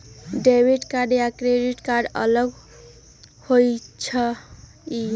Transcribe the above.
Debit card या credit card अलग होईछ ई?